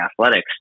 athletics